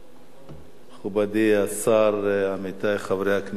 מכובדי השר, עמיתי חברי הכנסת,